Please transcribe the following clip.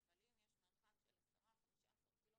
אבל אם יש מרחק של 10-15 ק"מ,